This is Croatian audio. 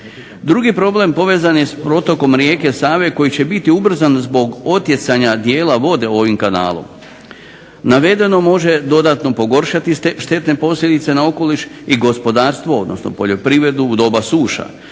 Drugi problem povezan je s protokom rijeke Save koji će biti ubrzan zbog otjecanja dijela vode ovim kanalom. Navedeno može dodatno pogoršati štetne posljedice na okoliš i gospodarstvo, odnosno poljoprivredu u doba suša,